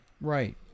Right